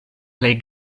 plej